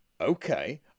Okay